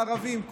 ערבים,